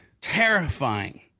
terrifying